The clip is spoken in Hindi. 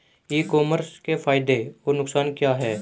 ई कॉमर्स के फायदे और नुकसान क्या हैं?